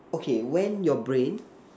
okay when your brain